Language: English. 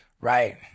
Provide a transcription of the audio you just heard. Right